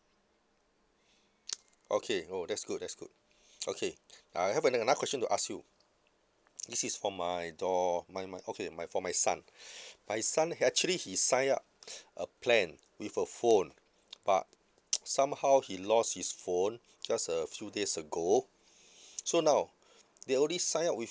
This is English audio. okay oh that's good that's good okay I have another question to ask you this is for my dau~ my my okay my for my son my son he actually he sign up a plan with a phone but somehow he lost his phone just a few days ago so now they already sign up with